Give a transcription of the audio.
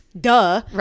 duh